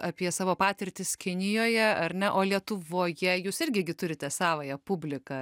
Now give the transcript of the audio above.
apie savo patirtis kinijoje ar ne o lietuvoje jūs irgi gi turite savąją publiką